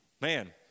Man